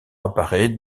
apparaît